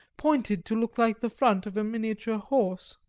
pointed to look like the front of a miniature house.